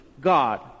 God